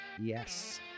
yes